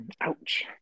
ouch